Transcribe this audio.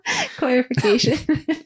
Clarification